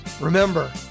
Remember